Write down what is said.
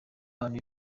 abantu